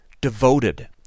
devoted